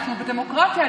אנחנו בדמוקרטיה,